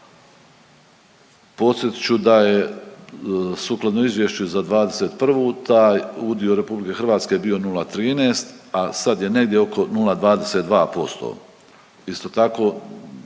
Podsjetit ću da je sukladno izvješću za '21. taj udio RH bio 0,13, a sad je negdje oko 0,22%. Isto tako,